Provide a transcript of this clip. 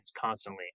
constantly